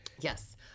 Yes